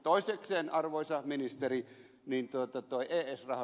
toisekseen arvoisa ministeri esr rahaan liittyen